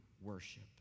worship